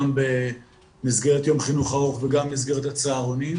גם במסגרת יום חינוך ארוך וגם במסגרת הצהרונים.